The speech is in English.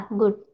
good